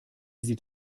sieht